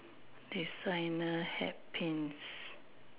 designer hat Pins